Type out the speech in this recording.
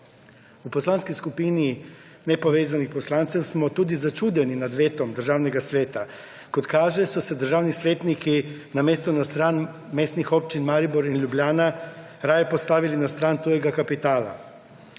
V Poslanski skupini nepovezanih poslancev smo tudi začudeni nad vetom Državnega sveta. Kot kaže, so se državni svetniki namesto na stran mestnih občin Maribor in Ljubljana raje postavili na stran tujega kapitala.